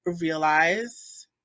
realize